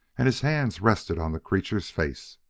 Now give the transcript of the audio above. and his hands rested on the creature's face.